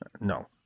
No